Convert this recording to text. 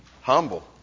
Humble